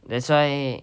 that's why